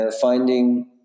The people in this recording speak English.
finding